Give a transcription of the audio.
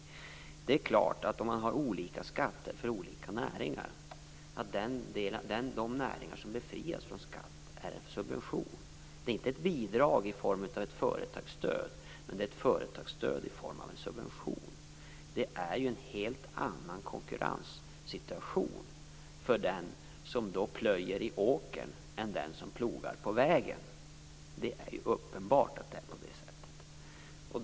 Det är klart att om man har olika skatter för olika näringar, får de näringar som befrias från skatt en subvention. Det är då inte fråga om ett bidrag i form av ett företagsstöd men ett företagsstöd i form av en subvention. Det är uppenbart att den som plöjer i åkern då har en helt annan konkurrenssituation än den som plogar på vägen. Detta är intressant.